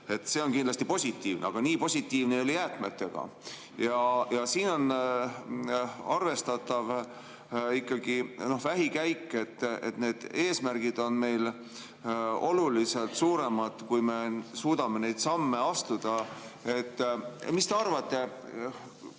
See on kindlasti positiivne. Aga nii positiivne ei ole jäätmetega ja siin on arvestatav vähikäik: eesmärgid on meil oluliselt suuremad, kui me suudame neid samme astuda. Mis te arvate,